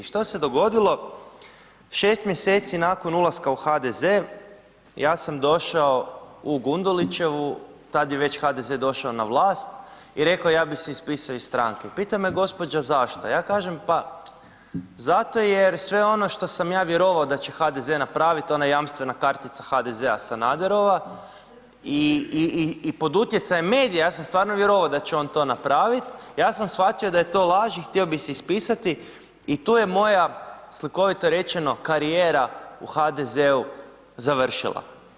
Što se je dogodilo, šest mjeseci nakon ulaska u HDZ ja sam došao u Gundulićevu, tada je već HDZ došao na vlast i rekao ja bi se ispisao iz stranke, pitam me gospođa zašto, a ja kažem, pa zato jer sve ono što sam ja vjerovao da će HDZ napraviti, ona jamstvena kartica HDZ-a Sanaderova i pod utjecajem medija, ja sam stvarno vjerovao da će on to napraviti, ja sam shvatio, da je to laž i htio bi se ispisati i tu je moja slikovito rečeno, karijera u HDZ-u završila.